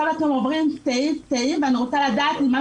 אתם עוברים תקנה-תקנה ואני רוצה לדעת אם מה